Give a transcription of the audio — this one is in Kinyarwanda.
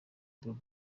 bull